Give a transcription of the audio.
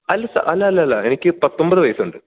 അല്ല സാർ അല്ലഅല്ലഅല്ല എനിക്ക് പത്തൊൻപത് വയസ്സുണ്ട്